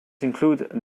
include